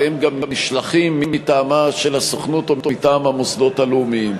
והם גם נשלחים מטעמה של הסוכנות או מטעם המוסדות הלאומיים.